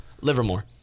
Livermore